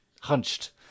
hunched